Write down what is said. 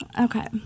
okay